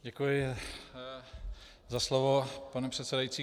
Děkuji za slovo, pane předsedající.